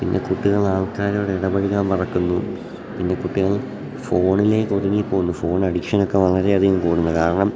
പിന്നെ കുട്ടികൾ ആൾക്കാരോടെ ഇടപഴകാൻ മറക്കുന്നു പിന്നെ കുട്ടികൾ ഫോണിലേക്കൊതുങ്ങി പോകുന്നു ഫോൺ അഡിക്ഷനൊക്കെ വളരെയധികം കൂടുകയാണ് കാരണം